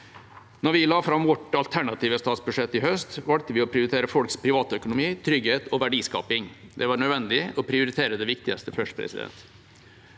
Da vi la fram vårt alternative statsbudsjett i høst, valgte vi å prioritere folks privatøkonomi, trygghet og verdiskaping. Det var nødvendig å prioritere det viktig ste først. Vi fant